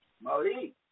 Molly